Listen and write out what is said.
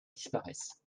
disparaisse